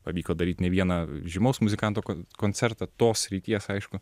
pavyko daryt ne vieną žymaus muzikanto koncertą tos srities aišku